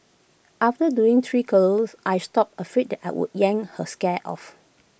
after doing three curlers I stopped afraid that I would yank her scare off